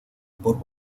por